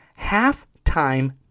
Halftime